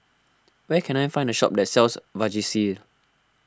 where can I find a shop that sells Vagisil